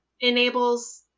enables